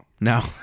No